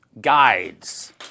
guides